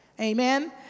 Amen